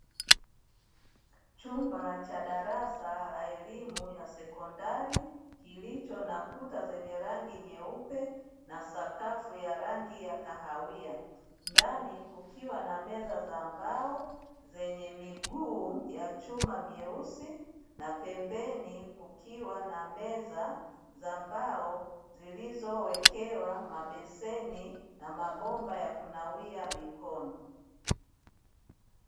Chumba cha darasa la elimu ya sekondari kilicho na kuta zenye rangi nyeupe na sakafu ya rangi ya kahawia, ndani kukiwa na meza za mbao zenye miguu ya chuma meusi na pembeni kukiwa na meza za mbao zilizowekewa mabeseni na mabomba ya kunawia mikono.